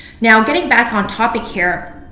now, getting back on topic here.